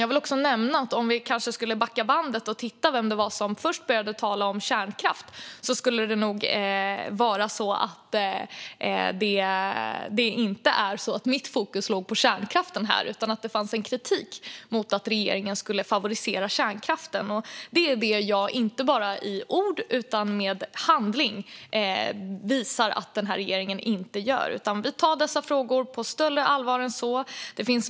Jag vill också nämna att det om vi backade bandet och tittade på vem som först började tala om kärnkraft nog skulle visa sig att mitt fokus inte låg på kärnkraften här. I stället fanns det en kritik mot att regeringen skulle favorisera kärnkraften, och det visar jag - inte bara i ord utan även i handling - att regeringen inte gör. Vi tar dessa frågor på större allvar än så.